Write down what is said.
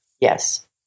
Yes